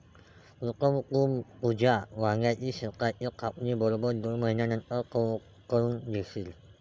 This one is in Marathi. प्रीतम, तू तुझ्या वांग्याच शेताची कापणी बरोबर दोन महिन्यांनंतर करून घेशील